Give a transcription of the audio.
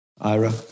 Ira